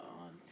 on